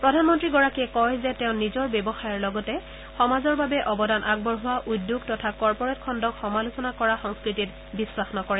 প্ৰধানমন্ত্ৰীগৰাকীয়ে কয় যে তেওঁ নিজৰ ব্যৱসায়ৰ লগতে সমাজৰ বাবে অৱদান আগবঢ়োৱা উদ্যোগ তথা কৰ্পৰেট খণ্ডক সমালোচনা কৰা সংস্কৃতিত বিখাস নকৰে